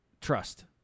trust